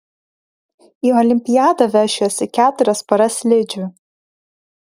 į olimpiadą vešiuosi keturias poras slidžių